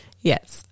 Yes